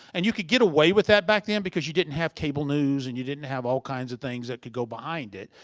and you could get away with that back then because you didn't have cable news and you didn't have all kinds of things that could go behind it.